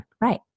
right